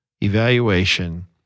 evaluation